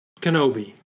Kenobi